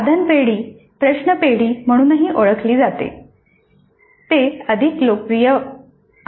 साधन पेढी प्रश्न पेढी म्हणूनही ओळखली जाते तो अधिक लोकप्रिय वापर आहे